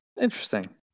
Interesting